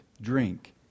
drink